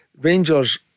Rangers